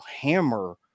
hammer